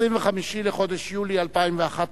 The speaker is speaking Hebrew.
25 בחודש יולי 2011,